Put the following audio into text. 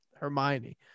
Hermione